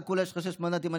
אתה כולה יש לך שישה מנדטים,